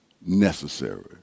necessary